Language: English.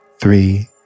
Three